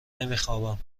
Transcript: نمیخوابم